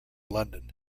london